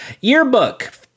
Yearbook